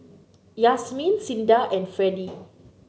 Yasmeen Cinda and Freddy